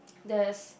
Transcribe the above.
there is